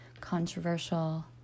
controversial